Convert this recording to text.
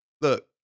Look